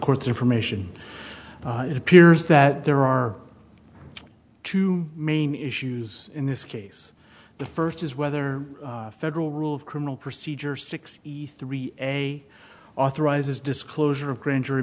court's information it appears that there are two main issues in this case the first is whether federal rule of criminal procedure sixty three a authorizes disclosure of gran